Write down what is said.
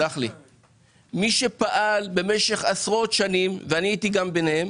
מי שפעל במשך עשרות שנים ואני הייתי ביניהם